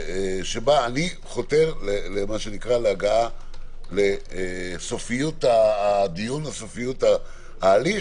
שבה אני חותר להגעה לסופיות הדיון וההליך.